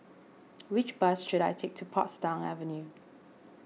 which bus should I take to Portsdown Avenue